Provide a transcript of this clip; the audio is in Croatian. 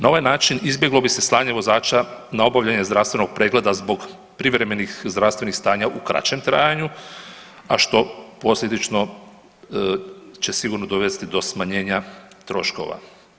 Na ovaj način izbjeglo bi se slanje vozača na obavljanje zdravstvenog pregleda zbog privremenih zdravstvenih stanja u kraćem trajanju, a što posljedično će sigurno dovesti do smanjenja troškova.